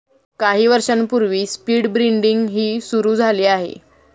काही वर्षांपूर्वी स्पीड ब्रीडिंगही सुरू झाले आहे